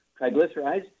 triglycerides